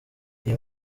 iyi